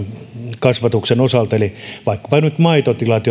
alkukasvatuksen osalta eli vaikkapa nyt maitotilat